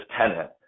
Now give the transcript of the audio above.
tenant